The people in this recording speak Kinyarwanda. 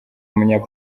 umunya